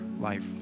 life